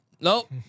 nope